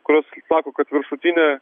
kurios sako kad viršutinė